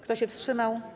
Kto się wstrzymał?